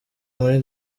muri